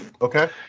okay